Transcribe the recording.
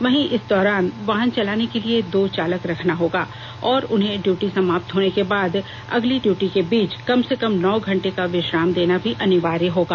वहीं इस दौरान वाहन चलाने के लिए दो चालक रखना होगा और उन्हें ड्यूटी समाप्त होने के बाद अगली ड्यूटी के बीच कम से कम नौ घंटे का विश्राम देना भी अनिवार्य होगा